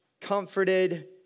comforted